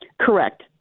Correct